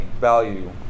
value